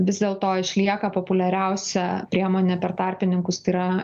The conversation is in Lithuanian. vis dėlto išlieka populiariausia priemonė per tarpininkus tai yra